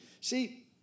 See